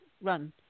run